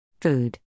Food